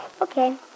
Okay